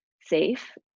safe